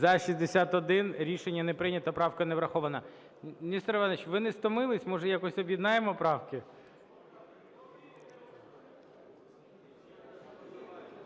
За-61 Рішення не прийнято. Правка не врахована. Несторе Івановичу, а ви не втомилися, може, якось об'єднаємо правки?